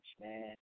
man